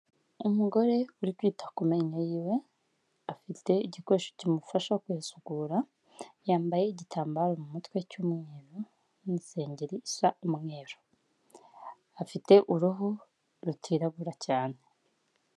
Umugore uri kwita ku menyo yiwe afite igikoresho kimufasha kwisukura yambaye igitambaro mu mutwe cy'umweru n'insengeri isa umweru afite uruhu rutirabura cyane.